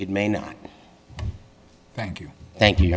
it may not thank you thank you